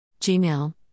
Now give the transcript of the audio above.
Gmail